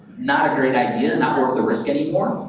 not a great idea, not worth the risk anymore.